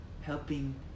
helping